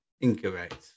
Incorrect